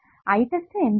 I test എന്താണ്